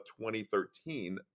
2013